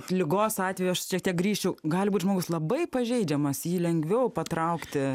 ligos atveju aš šiek tiek grįšiu gali būt žmogus labai pažeidžiamas jį lengviau patraukti